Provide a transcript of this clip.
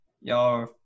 y'all